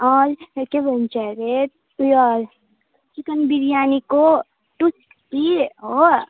के भन्छ अरे ऊ यो चिकन बिरयानीको टु सिक्स्टी हो